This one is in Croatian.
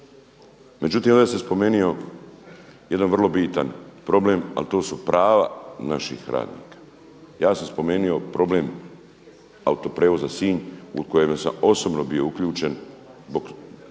Međutim ovdje se spomenuo jedan vrlo bitan problem, ali to su prava naših radnika. Ja sam spomenuo problem autoprijevoza Sinj u kojem sam osobno bio uključen